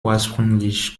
ursprünglich